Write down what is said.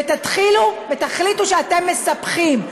ותחליטו שאתם מספחים.